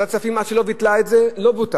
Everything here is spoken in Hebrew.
ועדת הכספים, עד שהיא לא ביטלה את זה, לא בוטל.